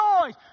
noise